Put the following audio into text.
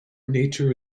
nature